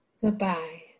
Goodbye